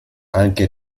anche